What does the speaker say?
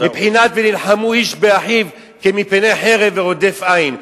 בבחינת ונלחמו איש באחיו כמפני חרב ורודף אין.